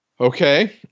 Okay